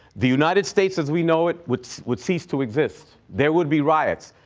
the united states as we know it would would cease to exist. there would be riots.